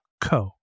co